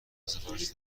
سفارش